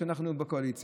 כשאנחנו היינו בקואליציה?